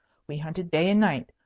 we hunted day and night,